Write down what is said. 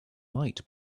might